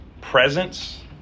presence